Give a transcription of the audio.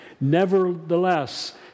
Nevertheless